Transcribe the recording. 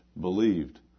believed